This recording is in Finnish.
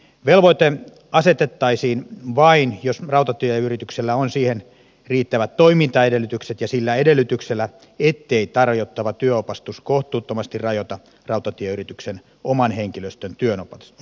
velvoite asetettaisiin vain jos rautatieyrityksellä on siihen riittävät toimintaedellytykset ja sillä edellytyksellä ettei tarjottava työnopastus kohtuuttomasti rajoita rautatieyrityksen oman henkilöstön työnopastusta